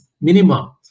minimum